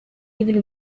even